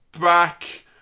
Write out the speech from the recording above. back